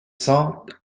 cents